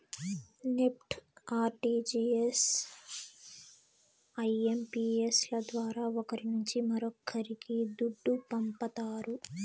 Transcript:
NEFT, RTGS, IMPS ల ద్వారా ఒకరి నుంచి మరొక్కరికి దుడ్డు పంపతారు